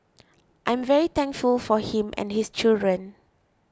I'm very thankful for him and his children